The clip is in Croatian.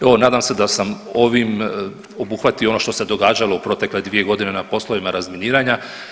Evo nadam se da sam ovim obuhvatio ono što se događalo u protekle 2.g. na poslovima razminiranja.